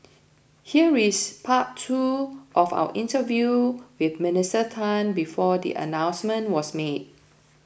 here is part two of our interview with Minister Tan before the announcement was made